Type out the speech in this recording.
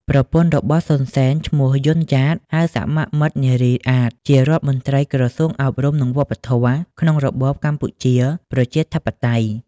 ប្រពន្ធ របស់ សុន សេន ឈ្មោះ យុន យ៉ាត (ហៅសមមិត្តនារី អាត) ជារដ្ឋមន្ត្រី ក្រសួងអប់រំនិងវប្បធម៌ក្នុងរបបកម្ពុជា ប្រជាធិបតេយ្យ។